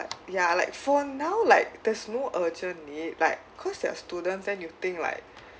but ya like for now like there's no urgent need like because you're student then you think like